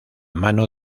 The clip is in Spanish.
mano